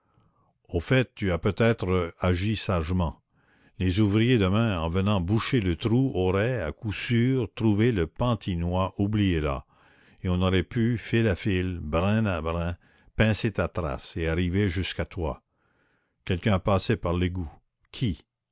au fait tu as peut-être agi sagement les ouvriers demain en venant boucher le trou auraient à coup sûr trouvé le pantinois oublié là et on aurait pu fil à fil brin à brin pincer ta trace et arriver jusqu'à toi quelqu'un a passé par l'égout qui